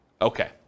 Okay